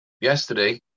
yesterday